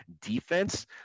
defense